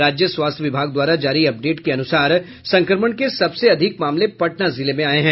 राज्य स्वास्थ्य विभाग द्वारा जारी अपडेट के अनुसार संक्रमण के सबसे अधिक मामले पटना जिले में आये हैं